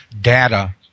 data